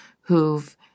who've